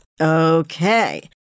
Okay